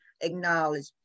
acknowledge